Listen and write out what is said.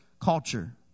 culture